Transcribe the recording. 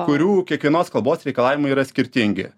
kurių kiekvienos kalbos reikalavimai yra skirtingi